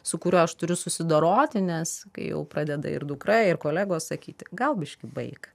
su kuriuo aš turiu susidoroti nes kai jau pradeda ir dukra ir kolegos sakyti gal biškį baik